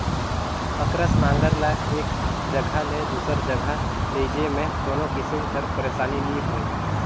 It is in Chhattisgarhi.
अकरस नांगर ल एक जगहा ले दूसर जगहा लेइजे मे कोनो किसिम कर पइरसानी नी होए